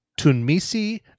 Tunmisi